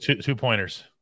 two-pointers